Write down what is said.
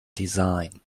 designed